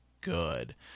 good